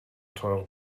teure